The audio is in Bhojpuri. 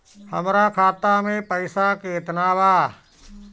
हमरा खाता में पइसा केतना बा?